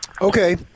Okay